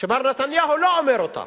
שמר נתניהו לא אומר אותה,